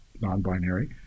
non-binary